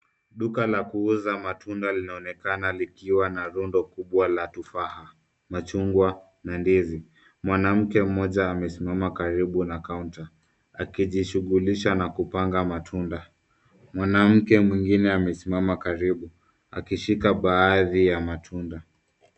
Duka la kuuza matunda linaonekana likiwa na rundo kubwa la tufaha, machungwa, na ndizi. Mwanamke mmoja amesimama karibu na kaunta, akijishughulisha na kupanga matunda. Mwanamke mwingine amesimama karibu, akishika baadhi ya matunda.